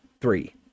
three